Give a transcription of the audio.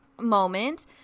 moment